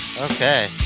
Okay